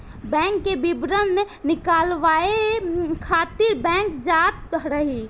bank के विवरण निकालवावे खातिर बैंक जात रही